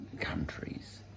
countries